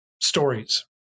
stories